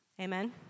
Amen